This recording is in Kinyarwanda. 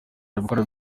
babikora